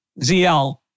ZL